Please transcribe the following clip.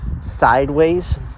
sideways